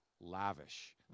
lavish